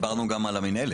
דיברנו גם על המינהלת.